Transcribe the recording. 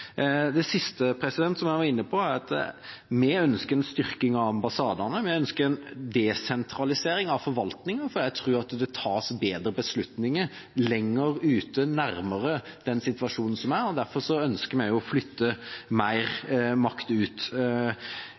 Det siste, som jeg var inne på, er at vi ønsker en styrking av ambassadene. Vi ønsker en desentralisering av forvaltningen, for jeg tror det tas bedre beslutninger lenger ute, nærmere de ulike situasjonene. Derfor ønsker vi å flytte mer makt ut.